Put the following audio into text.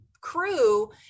crew